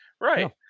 right